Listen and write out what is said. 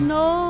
no